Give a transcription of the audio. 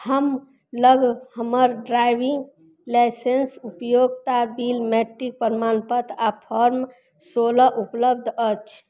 हमरा लग हमर ड्राइविंग लाइसेंस उपयोगिता बिल मेट्रिक प्रमाण पत्र आओर फॉर्म सोलह उपलब्ध अछि